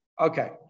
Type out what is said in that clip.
Okay